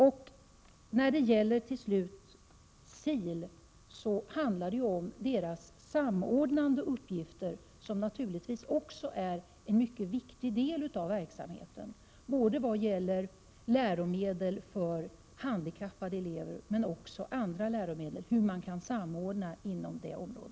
I fråga om SIL gäller det dess samordnande uppgifter, som naturligtvis också är en mycket viktig del av verksamheten vad gäller både läromedel för handikappade elever och läromedel för andra.